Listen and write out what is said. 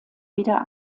wieder